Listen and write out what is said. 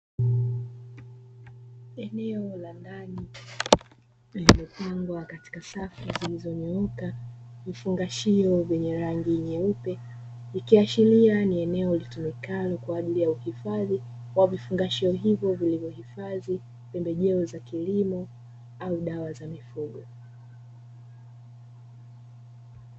Eneo la ndani lililopangwa katika safu zilizonyooka, vifungashio venye rangi nyeupe vikiashiria ni eneo litumikalo kwaajili ya uhifadhi wa vifungashio hivyo vilivyohifadhi pembejeo za kilimo au dawa za mifugo.